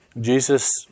Jesus